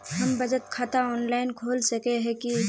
हम बचत खाता ऑनलाइन खोल सके है की?